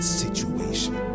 situation